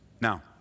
Now